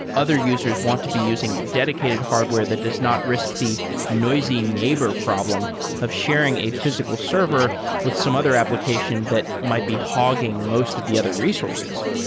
other users want to be using dedicated hardware that does not risk the noisy neighbor problem of sharing a physical server with some other application that might be hogging most of the other resources.